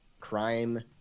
crime